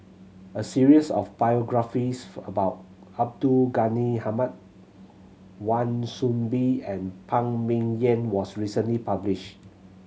a series of biographies about Abdul Ghani Hamid Wan Soon Bee and Phan Ming Yen was recently published